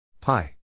Pi